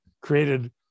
created